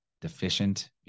deficient